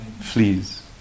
Fleas